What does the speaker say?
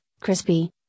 crispy